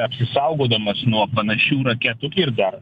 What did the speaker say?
apsisaugodamas nuo panašių raketų ir dar